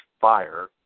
Fire